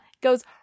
goes